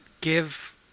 give